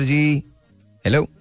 Hello